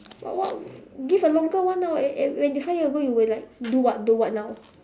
what what give a longer one ah err err when five year ago you were like do what do what now